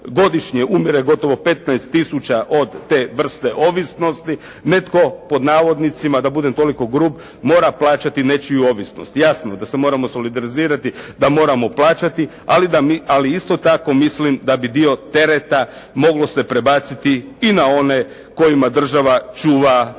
godišnje umire gotovo 15 tisuća od te vrste ovisnosti, netko pod navodnicima, da budem toliko grub "mora plaćati" nečiju ovisnost. Jasno da se moramo solidalizirati, da moramo plaćati, ali isto tako mislim da bi dio tereta moglo se prebaciti i na one kojima država čuva monopole.